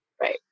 Right